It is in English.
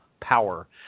power